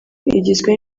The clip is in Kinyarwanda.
igizwe